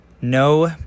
no